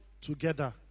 Together